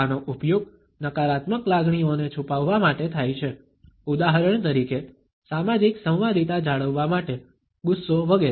આનો ઉપયોગ નકારાત્મક લાગણીઓને છુપાવવા માટે થાય છે ઉદાહરણ તરીકે સામાજિક સંવાદિતા જાળવવા માટે ગુસ્સો વગેરે